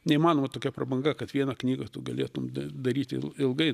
neįmanoma tokia prabanga kad vieną knygą tu galėtum daryti il ilgai